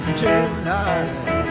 tonight